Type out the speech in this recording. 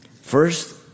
First